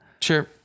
Sure